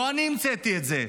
לא אני המצאתי את זה.